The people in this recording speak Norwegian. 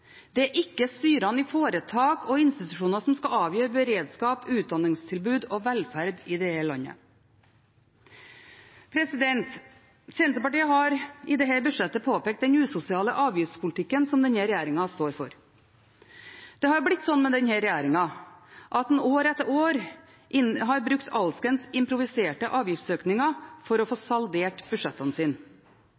Det er ikke styrene i foretak og institusjoner som skal avgjøre beredskap, utdanningstilbud og velferd i dette landet. Senterpartiet har i dette budsjettet påpekt den usosiale avgiftspolitikken som denne regjeringen står for. Det har blitt slik med denne regjeringen at en år etter år har brukt alskens improviserte avgiftsøkninger for å få